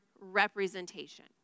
representation